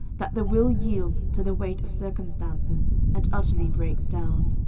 that the will yields to the weight of circumstances and utterly breaks down.